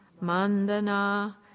Mandana